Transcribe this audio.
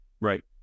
right